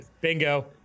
Bingo